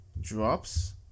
drops